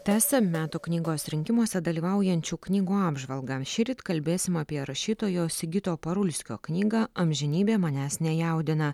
tęsiam metų knygos rinkimuose dalyvaujančių knygų apžvalgą šįryt kalbėsim apie rašytojo sigito parulskio knygą amžinybė manęs nejaudina